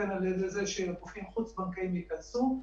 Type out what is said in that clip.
אלא אנחנו מתאימים כל הזמן בהתאם לשינוים את הדברים,